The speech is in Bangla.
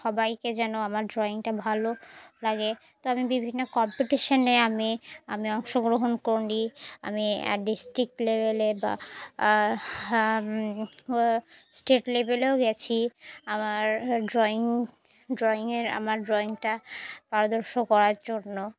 সবাইকে যেন আমার ড্রয়িংটা ভালো লাগে তো আমি বিভিন্ন কম্পিটিশনে আমি আমি অংশগ্রহণ করি আমি ডিস্ট্রিক্ট লেভেলে বা স্টেট লেভেলেও গিয়েছি আমার ড্রয়িং ড্রয়িংয়ের আমার ড্রয়িংটা প্রদর্শন করার জন্য